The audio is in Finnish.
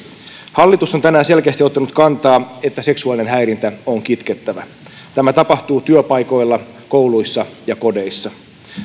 hallitus on tänään selkeästi ottanut kantaa että seksuaalinen häirintä on kitkettävä tämä tapahtuu työpaikoilla kouluissa ja kodeissa